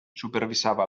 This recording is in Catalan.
supervisava